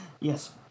Yes